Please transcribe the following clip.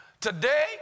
Today